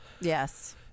Yes